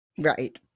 Right